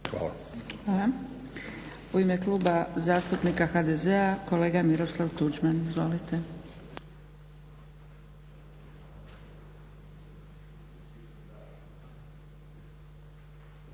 (SDP)** Hvala. U ime Kluba zastupnika HDZ-a kolega Miroslav Tuđman. Izvolite.